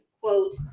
Quote